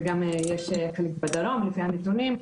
וגם יש חלק בדרום לפי הנתונים,